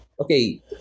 Okay